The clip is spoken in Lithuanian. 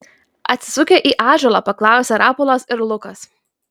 atsisukę į ąžuolą paklausė rapolas ir lukas